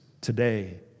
today